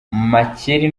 makeri